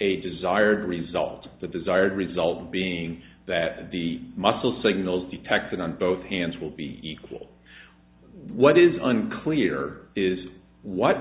a desired result the desired result being that the muscle signals detected on both hands will be equal what is unclear is what